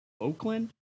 Oakland